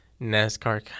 NASCAR